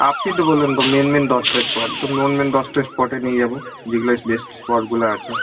আপনি তো বললেন তো মেন মেন দশটা স্পট তো মেন মেন দশটা স্পটে নিয়ে যাবো যেগুলা বেস্ট স্পটগুলা আছে